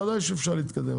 ודאי שאפשר להתקדם,